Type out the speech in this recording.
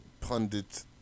pundit